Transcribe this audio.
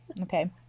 okay